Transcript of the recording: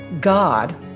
God